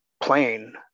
plane